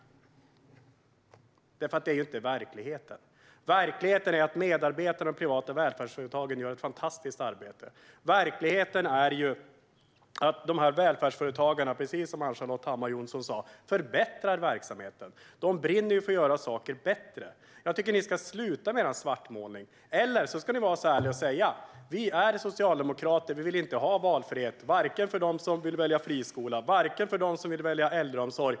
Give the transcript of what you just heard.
Detta är inte verkligheten. I verkligheten gör medarbetarna i de privata välfärdsföretagen ett fantastiskt arbete, och i verkligheten förbättrar dessa välfärdsföretag verksamheten, precis som Ann-Charlotte Hammar Johnsson sa. De brinner för att göra saker bättre. Jag tycker att ni ska sluta med er svartmålning. Annars ska ni vara ärliga och säga att ni socialdemokrater inte vill ha valfrihet, vare sig för dem som vill välja friskolor eller för dem som vill välja äldreomsorg.